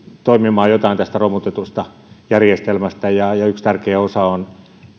toimimaan jotain tästä romutetusta järjestelmästä ja ja yksi tärkeä osa on